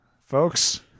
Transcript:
Folks